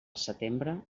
setembre